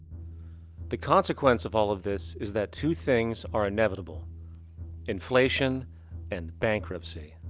the consequence of all of this is that two things are inevitable inflation and bankruptcy.